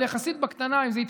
אבל יחסית בקטנה.